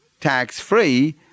tax-free